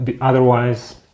Otherwise